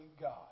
God